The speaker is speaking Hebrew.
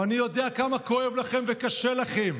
אני יודע כמה כואב לכם וקשה לכם